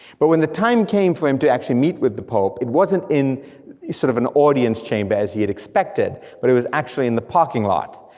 but when the time came for him to actually meet with the pope, it wasn't in sort of an audience chamber as he had expected but it was actually in the parking lot,